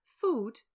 Food